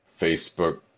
Facebook